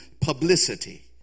publicity